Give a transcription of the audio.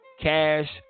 cash